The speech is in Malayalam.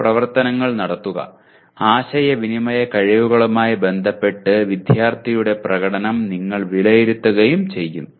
ചില പ്രവർത്തനങ്ങൾ നടത്തുക ആശയവിനിമയ കഴിവുകളുമായി ബന്ധപ്പെട്ട് വിദ്യാർത്ഥിയുടെ പ്രകടനം നിങ്ങൾ വിലയിരുത്തുകയും ചെയ്യും